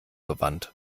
gewandt